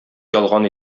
ялган